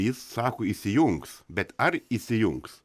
jis sako įsijungs bet ar įsijungs